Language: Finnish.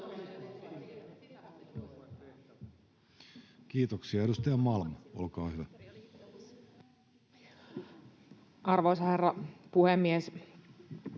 Kiitoksia. — Edustaja Malm, olkaa hyvä. Arvoisa herra puhemies!